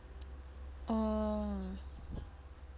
oh